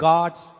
God's